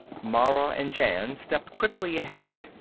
mara and jan stepped quickly ahead.